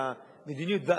את המדיניות,